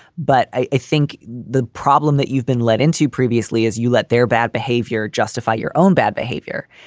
but i think the problem that you've been let into previously is you let their bad behavior justify your own bad behavior.